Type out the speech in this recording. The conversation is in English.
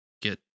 get